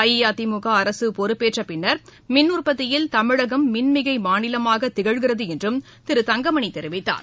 அஇஅதிமுக அரசு பொறுப்பேற்றபின்னர் மின்உற்பத்தியில் தமிழகம் மின்மிகை மாநிலமாக திகழ்கிறது என்றும் திரு தங்கமணி தெரிவித்தார்